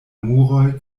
muroj